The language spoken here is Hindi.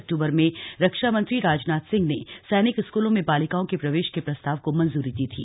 अक्टूबर में रक्षामंत्री राजनाथ सिंह ने सैनिक स्कूलों में बालिकाओं के प्रवेश के प्रस्ताव को मंजूरी दी थी